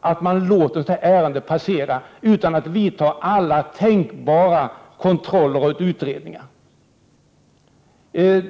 att man låter ärendet passera utan att alla tänkbara kontroller och utredningar görs.